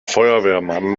feuerwehrmann